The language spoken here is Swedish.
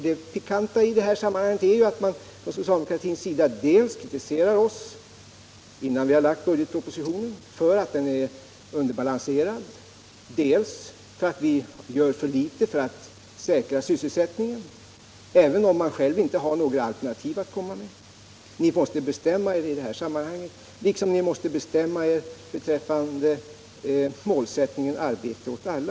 Det pikanta i det här sammanhanget är att man från socialdemokratins sida kritiserar oss, innan vi lagt fram budgetpropositionen, dels för att budgeten är underbalanserad, dels för att vi gör för litet för att säkra sysselsättningen, trots att de själva inte har några alternativ att komma med. Ni måste bestämma er i det här sammanhanget liksom ni måste bestämma er beträffande målsättningen arbete åt alla.